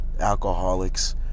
Alcoholics